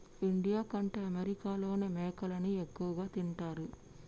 India కంటే అమెరికాలోనే మేకలని ఎక్కువ తింటారు